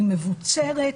היא מבוצרת,